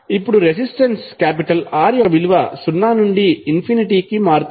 ఇప్పుడు resistance R యొక్క విలువ సున్నా నుండి ఇన్ఫినిటీ కి మారుతుంది